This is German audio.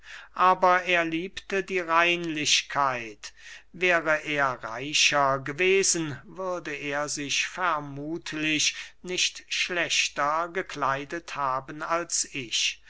aber er liebte die reinlichkeit wäre er reicher gewesen würde er sich vermuthlich nicht schlechter gekleidet haben als ich